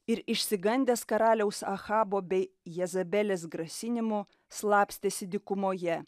ir išsigandęs karaliaus achabo bei jezabelės grasinimų slapstėsi dykumoje